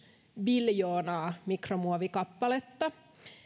biljoonaa mikromuovikappaletta